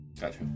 Gotcha